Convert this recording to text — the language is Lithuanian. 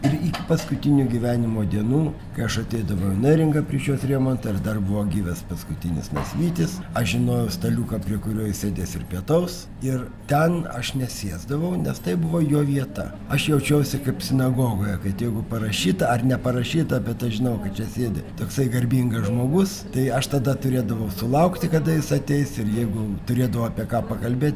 ir iki paskutinių gyvenimo dienų kai aš ateidavau į neringą prieš jos remontą ir dar buvo gyvas paskutinis nasvytis aš žinojau staliuką prie kurio jis sėdės ir pietaus ir ten aš nesėsdavau nes tai buvo jo vieta aš jaučiausi kaip sinagogoje kad jeigu parašyta ar neparašyta bet aš žinau kad čia sėdi toksai garbingas žmogus tai aš tada turėdavau sulaukti kada jis ateis ir jeigu turėdavau apie ką pakalbėt